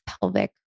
pelvic